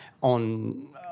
on